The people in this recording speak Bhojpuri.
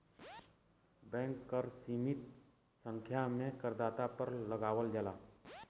बैंक कर सीमित संख्या में करदाता पर लगावल जाला